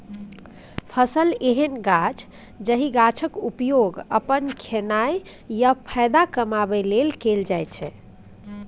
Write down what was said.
फसल एहन गाछ जाहि गाछक उपयोग अपन खेनाइ या फाएदा कमाबै लेल कएल जाइत छै